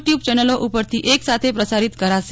tube ચેનલો ઉપરથી એક સાથે પ્રસારીત કરાશે